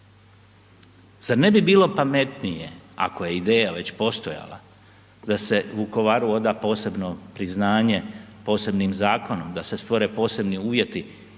Zar ne bi bilo pametnije ako je ideja već postajala da se Vukovaru oda posebno priznanje posebnim zakonom, da se stvore posebni uvjeti